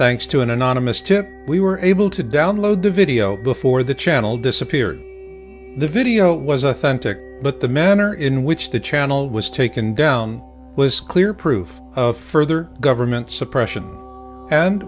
thanks to an anonymous tip we were able to download the video before the channel disappeared the video was authentic but the manner in which the channel was taken down was clear proof of further government suppression and